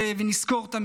ונזכור תמיד